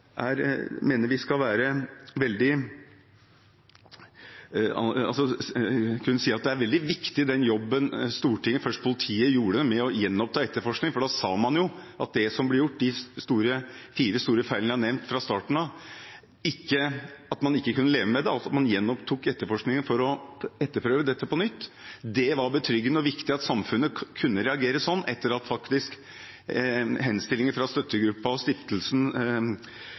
veldig viktig. Da sa man at man ikke kunne leve med det som ble gjort – de fire store feilene jeg har nevnt – fra starten av. Man gjenopptok etterforskningen for å etterprøve dette på nytt. Det var betryggende og viktig at samfunnet kunne reagere sånn. Etter at henstillinger fra støttegruppen og stiftelsen